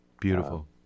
beautiful